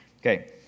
Okay